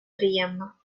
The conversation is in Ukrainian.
приємно